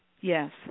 Yes